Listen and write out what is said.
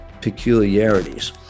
peculiarities